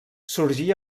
sorgí